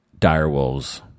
direwolves